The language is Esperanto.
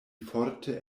forte